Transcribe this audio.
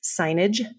signage